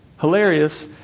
hilarious